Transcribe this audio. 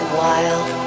wild